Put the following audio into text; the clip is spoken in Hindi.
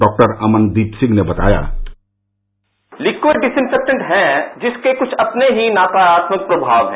डॉक्टर अमनदीप सिंह ने बताया ं लिक्विड डिस्इंफेक्टेंट जिसके कुछ अपने ही नकारात्मक प्रभाव है